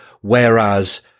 whereas